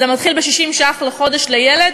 זה מתחיל ב-60 ש"ח לחודש לילד,